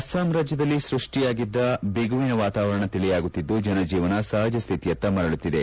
ಅಸ್ಲಾಂ ರಾಜ್ಯದಲ್ಲಿ ಸೃಷ್ಟಿಯಾಗಿದ್ದ ಬಿಗುವಿನ ವಾತಾವರಣ ತಿಳಿಯಾಗುತ್ತಿದ್ದು ಜನಜೀವನ ಸಪಜ ಶ್ಥಿತಿಯತ್ತ ಮರಳುತ್ತಿದೆ